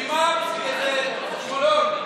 חברים, בארץ ישנם, תראה מה זה, שר בריאות,